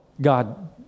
God